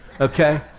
okay